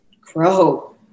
grow